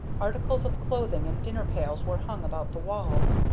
articles of clothing and dinner-pails were hung about the walls,